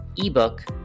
ebook